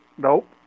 Nope